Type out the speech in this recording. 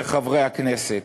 חברי הכנסת.